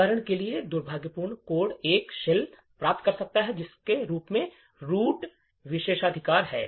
उदाहरण के लिए दुर्भावनापूर्ण कोड एक शेल प्राप्त कर सकता है जिसमें रूट विशेषाधिकार हैं